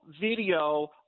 video